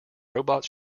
robots